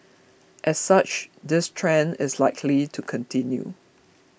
as such this trend is likely to continue